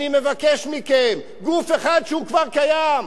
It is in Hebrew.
אני מבקש מכם, גוף אחד שהוא כבר קיים.